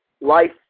life